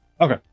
Okay